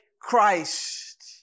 Christ